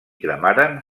cremaren